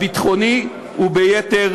בתחום הביטחוני וביתר